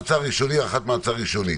והשנייה זה הארכת מעצר ראשונית.